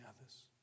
others